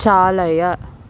चालय